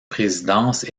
présidence